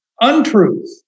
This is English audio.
untruth